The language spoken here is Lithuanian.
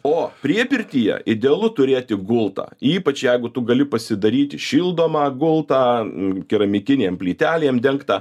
o priepirtyje idealu turėti gultą ypač jeigu tu gali pasidaryti šildomą gultą keramikinėm plytelėm dengtą